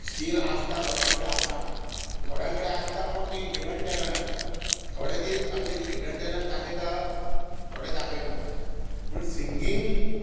skill आसता थोड्यां कडेन आसना थोड्यां कडेन आसता पूण ती हिडन टॅलंट आसता थोडे ती आपली हिडन टॅलंट दाखयतात थोडे दाखयनात म्हण सिंगींग